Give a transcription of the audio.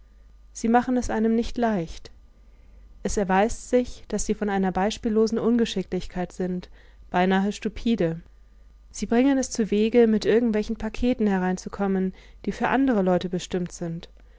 sie machen es einem nicht leicht es erweist sich daß sie von einer beispiellosen ungeschicklichkeit sind beinahe stupide sie bringen es zuwege mit irgendwelchen paketen hereinzukommen die für andere leute bestimmt sind